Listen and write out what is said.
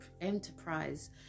enterprise